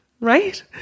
right